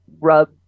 rub